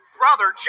brother